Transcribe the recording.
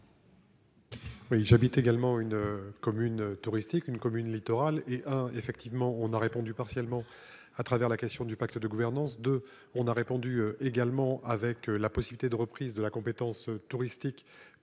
Oui, j'habite également une commune touristique, une commune littorale et a, effectivement, on a répondu partiellement à travers la question du pacte de gouvernance de on a répondu également avec la possibilité de reprise de la compétence touristique